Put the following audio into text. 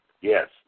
Yes